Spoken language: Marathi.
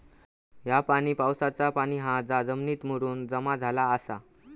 ह्या पाणी पावसाचा पाणी हा जा जमिनीत मुरून जमा झाला आसा